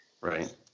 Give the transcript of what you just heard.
right